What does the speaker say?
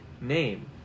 name